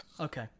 Okay